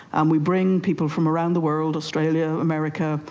and we bring people from around the world australia, america,